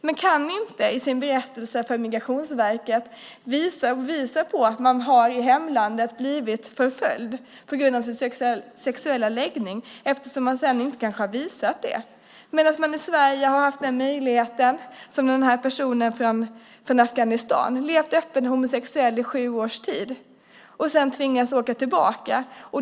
Men de kan inte i sin berättelse för Migrationsverket visa på att de i hemlandet har blivit förföljda på grund av sexuell läggning eftersom de inte har visat det. Men i Sverige har de haft denna möjlighet, precis som personen från Afghanistan, som har levt som öppet homosexuell i sju års tid och sedan tvingats åka tillbaka.